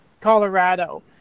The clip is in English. Colorado